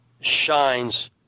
shines